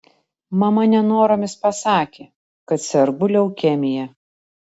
mama nenoromis pasakė kad sergu leukemija